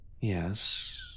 Yes